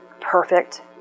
perfect